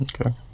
Okay